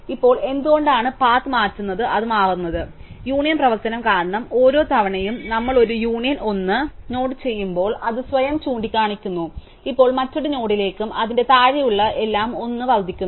ഇപ്പോൾ എന്തുകൊണ്ടാണ് പാത്ത് മാറ്റുന്നത് അത് മാറുന്നത് യൂണിയൻ പ്രവർത്തനം കാരണം ഓരോ തവണയും നമ്മൾ ഒരു യൂണിയൻ 1 നോഡ് ചെയ്യുമ്പോൾ അത് സ്വയം ചൂണ്ടിക്കാണിക്കുന്നു ഇപ്പോൾ മറ്റൊരു നോഡിലേക്കും അതിന്റെ താഴെയുള്ള എല്ലാം 1 ആയി വർദ്ധിക്കുന്നു